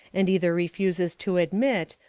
and either refuses to admit,